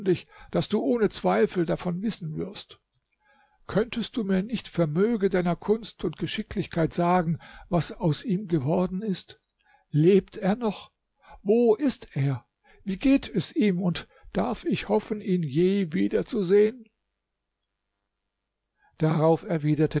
daß du ohne zweifel davon wissen wirst könntest du mir nicht vermöge deiner kunst und geschicklichkeit sagen was aus ihm geworden ist lebt er noch wo ist er wie geht es ihm und darf ich hoffen ihn je wiederzusehen darauf erwiderte